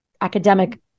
academic